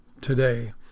today